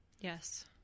yes